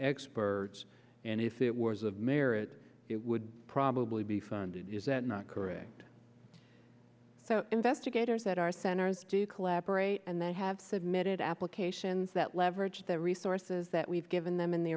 experts and if it was of merit it would probably be funded is that not correct so investigators at our centers do collaborate and they have submitted applications that leverage the resources that we've given them in the